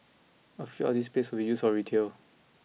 a fifth of this space will be used for retail